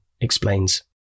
explains